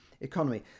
economy